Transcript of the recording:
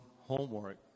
homework